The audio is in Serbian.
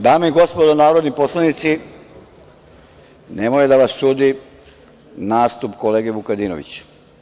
Dame i gospodo narodni poslanici, nemoj da vas čudi nastup kolege Vukadinovića.